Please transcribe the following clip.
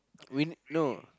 we need no